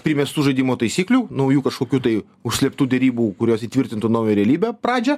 primestų žaidimo taisyklių naujų kažkokių tai užslėptų derybų kurios įtvirtintų naują realybę pradžią